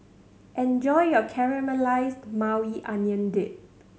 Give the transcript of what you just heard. enjoy your Caramelized Maui Onion Dip